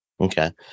Okay